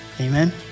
amen